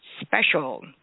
special